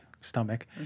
stomach